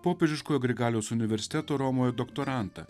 popiežiškojo grigaliaus universiteto romoje doktorantą